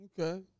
Okay